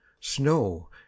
snow